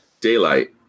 Daylight